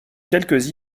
quelques